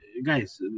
Guys